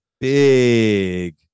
big